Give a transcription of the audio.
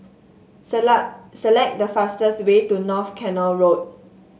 select the fastest way to North Canal Road